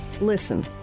Listen